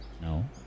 No